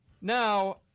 Now